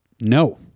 No